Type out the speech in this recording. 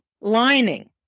lining